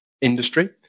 industry